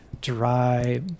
dry